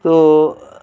ᱛᱳ